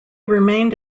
remained